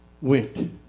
went